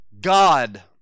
God